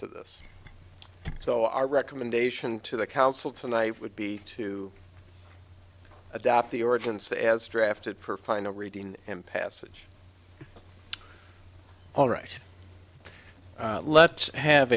to this so our recommendation to the council tonight would be to adopt the urgency as drafted for final reading and passage all right let's have